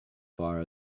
far